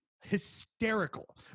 hysterical